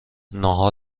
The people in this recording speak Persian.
ناهار